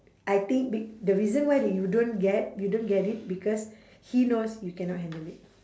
I think be~ the reason why that you don't get you don't get it because he knows you cannot handle it